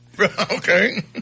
Okay